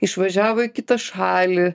išvažiavo į kitą šalį